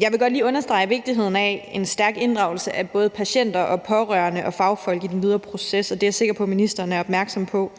Jeg vil godt lige understrege vigtigheden af en stærk inddragelse af både patienter, pårørende og fagfolk i den videre proces, og det er jeg sikker på ministeren er opmærksom på.